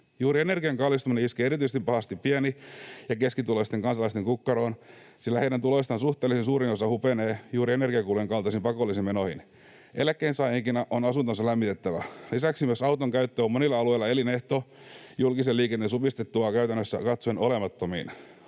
Juuri energian kallistuminen iskee erityisen pahasti pieni- ja keskituloisten kansalaisten kukkaroon, sillä heidän tuloistaan suhteellisen suuri osa hupenee juuri energiakulujen kaltaisiin pakollisiin menoihin. Eläkkeensaajienkin on asuntonsa lämmitettävä. Lisäksi myös auton käyttö on monilla alueilla elinehto julkisen liikenteen supistuttua käytännössä katsoen olemattomiin.